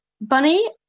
bunny